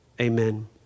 Amen